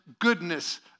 goodness